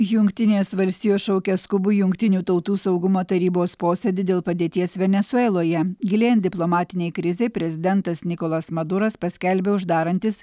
jungtinės valstijos šaukia skubų jungtinių tautų saugumo tarybos posėdį dėl padėties venesueloje gilėjant diplomatinei krizei prezidentas nikolas maduras paskelbė uždarantis